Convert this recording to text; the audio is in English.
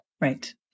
right